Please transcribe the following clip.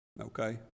okay